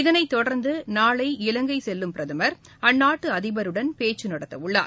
இதனைத் தொடர்ந்தநாளை இலங்கைசெல்லும் பிரதமர் அந்நாட்டுஅதிபருடன் பேச்சுநடத்தவுள்ளார்